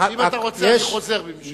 אם אתה רוצה אני חוזר בי משאלתי.